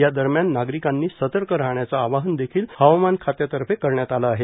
या दरम्यान नागरिकांनी सतर्क राहण्याचं आवाहन देखिल हवामान खात्यातर्फे करण्यात आलं आहे